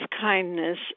kindness